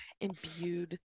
imbued